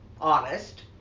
honest